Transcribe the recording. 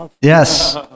Yes